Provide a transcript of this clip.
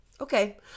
Okay